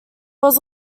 was